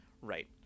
right